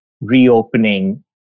reopening